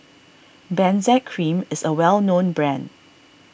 Benzac Cream is a well known brand